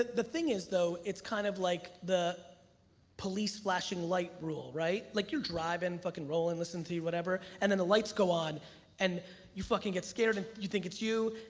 the thing is though, it's kind of like the police flashing light rule, right? like you're driving, fucking rolling, listening to whatever, and then the lights go on and you fucking get scared and you think it's you,